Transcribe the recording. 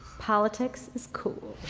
politics is cool.